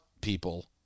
people